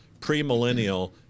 premillennial